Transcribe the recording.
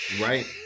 Right